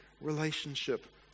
relationship